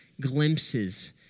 glimpses